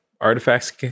artifacts